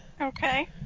Okay